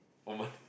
woman